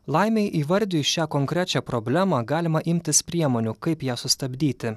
laimei įvardijus šią konkrečią problemą galima imtis priemonių kaip ją sustabdyti